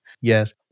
Yes